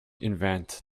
invent